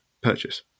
purchase